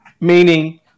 Meaning